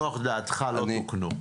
תנוח דעתך, לא תוקנו.